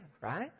right